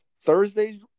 Thursday's